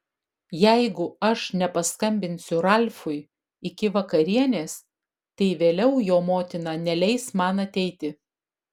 jeigu aš nepaskambinsiu ralfui iki vakarienės tai vėliau jo motina neleis man ateiti